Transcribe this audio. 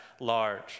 large